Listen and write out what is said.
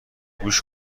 گوش